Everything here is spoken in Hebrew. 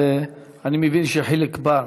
אני מבין שחיליק בר.